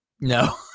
No